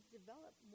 develop